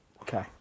Okay